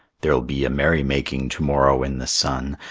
there'll be a merrymaking to-morrow in the sun.